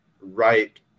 right